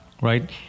Right